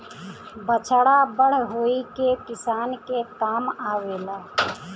बछड़ा बड़ होई के किसान के काम आवेला